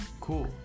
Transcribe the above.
Cool